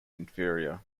inferior